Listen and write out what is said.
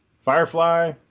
Firefly